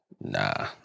nah